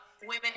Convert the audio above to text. women